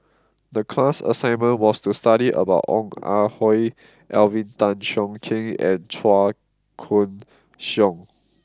the class assignment was to study about Ong Ah Hoi Alvin Tan Cheong Kheng and Chua Koon Siong